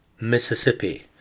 Mississippi